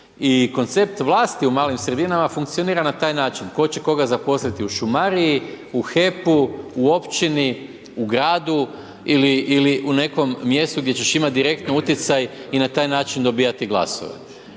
I koncept vlasti u malim sredinama, funkcionira na taj način, tko će koga zaposliti u šumariji, u HEP-u, u općini u gradu ili u nekom mjestu, gdje ćeš imati direktno utjecaj i na taj način dobivati glasove.